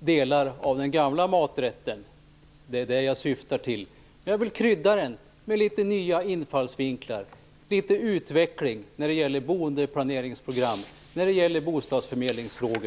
delar av den gamla maträtten och krydda resten med nya infallsvinklar och litet utveckling när det gäller boendeplaneringsprogram och bostadsförmedlingsfrågor.